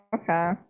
okay